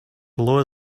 below